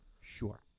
Sure